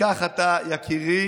וכך אתה, יקירי